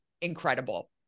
incredible